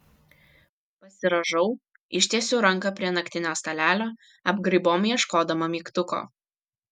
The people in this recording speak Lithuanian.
pasirąžau ištiesiu ranką prie naktinio stalelio apgraibom ieškodama mygtuko